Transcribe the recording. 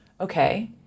okay